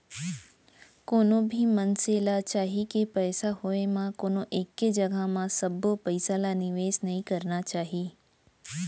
कोनो भी मनसे ल चाही के पइसा होय म कोनो एके जघा म सबो पइसा ल निवेस नइ करना चाही